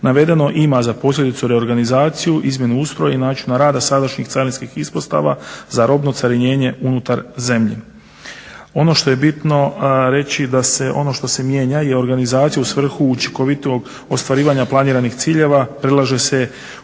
Navedeno ima za posljedicu reorganizaciju, izmjenu ustroja i načinu rada sadašnjih carinskih ispostava za robno carinjenje unutar zemlje. Ono što je bitno reći da se ono što se mijenja je organizacija u svrhu učinkovitog ostvarivanja planiranih ciljeva, predlaže se ustrojavanje